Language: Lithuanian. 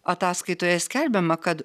ataskaitoje skelbiama kad